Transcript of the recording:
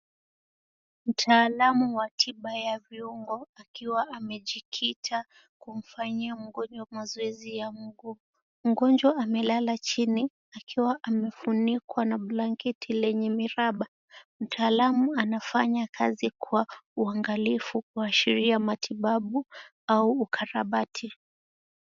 Mtaalamu wa tiba ya viungo, akiwa amejikita kumfanyia mgonjwa mazoezi ya mguu. Mgonjwa amelala chini akiwa amefunikwa na blanketi lenye miraba, Mtaalamu anafanya kazi kwa uangalifu kuashiria matibabu au ukarabati.